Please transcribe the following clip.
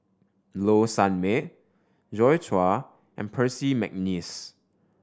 Low Sanmay Joi Chua and Percy McNeice